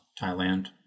Thailand